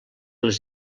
les